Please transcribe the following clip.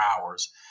hours